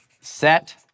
set